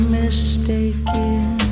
mistaken